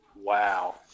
Wow